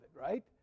right